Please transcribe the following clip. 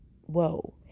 whoa